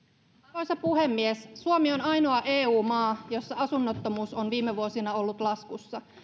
arvoisa puhemies suomi on ainoa eu maa jossa asunnottomuus on viime vuosina ollut laskussa